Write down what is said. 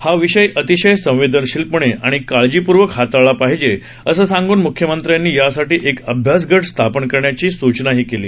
हा विषय अतिशय संवेदनशीलपणे आणि काळजीपूर्वक हाताळला पाहिजे असं सांगून मूख्यमंत्र्यांनी यासाठी एक अभ्यास गट स्थापन करण्याची सुचनाही केली